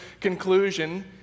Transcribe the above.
conclusion